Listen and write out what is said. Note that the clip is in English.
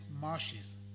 marshes